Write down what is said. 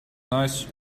nice